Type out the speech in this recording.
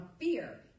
fear